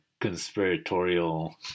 conspiratorial